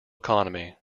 economy